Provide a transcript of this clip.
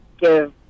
give